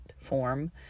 form